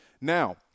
Now